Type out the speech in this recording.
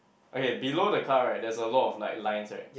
okay below the car right there's a lot of like lines right